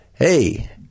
hey